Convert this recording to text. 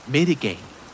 Mitigate